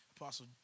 Apostle